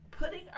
putting